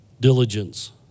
Diligence